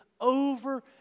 over